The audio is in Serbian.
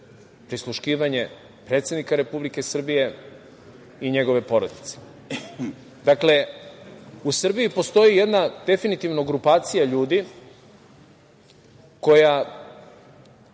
prisluškivanje predsednika Republike Srbije i njegove porodice. Dakle, u Srbiji postoji definitivno jedna grupacija ljudi koja